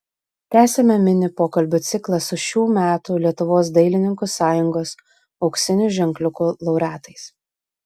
tęsiame mini pokalbių ciklą su šių metų lietuvos dailininkų sąjungos auksinių ženkliukų laureatais